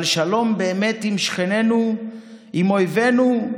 אבל שלום באמת עם שכנינו, עם אויבינו,